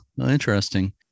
interesting